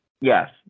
Yes